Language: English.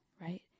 right